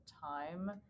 time